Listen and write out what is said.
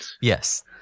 yes